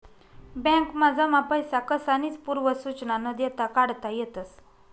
बॅकमा जमा पैसा कसानीच पूर्व सुचना न देता काढता येतस